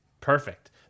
Perfect